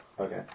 Okay